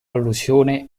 allusione